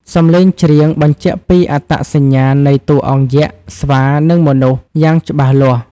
សំឡេងច្រៀងបញ្ជាក់ពីអត្តសញ្ញាណនៃតួអង្គយក្ស ស្វា និងមនុស្ស យ៉ាងច្បាស់លាស់។